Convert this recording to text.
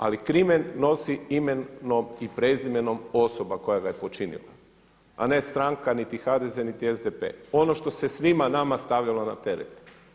Ali krimen nosi imenom i prezimenom osoba koja ga je počinila a ne stranka, niti HDZ, niti SDP, ono što se svima nama stavljalo na teret.